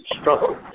strong